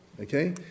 Okay